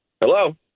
Hello